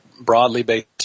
broadly-based